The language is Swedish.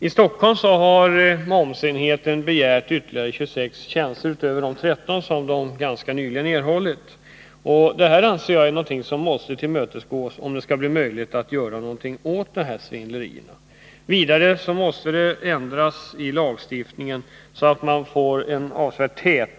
I Stockholm har momsenheten begärt ytterligare 26 tjänster, utöver de 13 som ganska nyligen tillkom. Jag anser att dessa krav måste tillmötesgås, om det skall bli möjligt att göra något åt de här svindlerierna. Vidare måste lagstiftningen ändras, så att det blir möjligt att kräva mer hållbara bevis än nu.